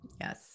yes